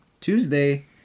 Tuesday